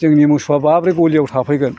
जोंनि मोसौआ माब्रै गलियाव थाफैगोन